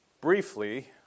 briefly